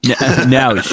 Now